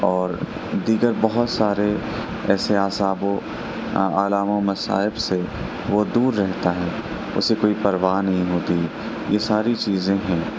اور دیگر بہت سارے ایسے اعصاب و آلام و مصائب سے وہ دور رہتا ہے اسے کوئی پرواہ نہیں ہوتی یہ ساری چیزیں ہیں